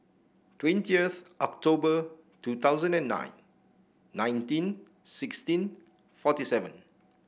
twenties October two thousand and nine nineteen sixteen forty seven